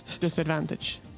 disadvantage